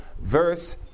verse